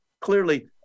clearly